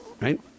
right